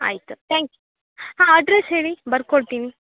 ಆಯ್ತು ತ್ಯಾಂಕ್ ಹಾಂ ಅಡ್ರಸ್ ಹೇಳಿ ಬರ್ಕೊಳ್ತೀನಿ